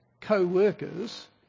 co-workers